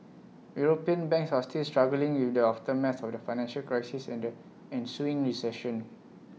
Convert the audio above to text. european banks are still struggling with the aftermath of the financial crisis and the ensuing recession